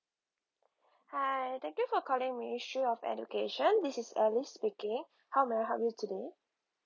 hi thank you for calling ministry of education this is alice speaking how may I help you today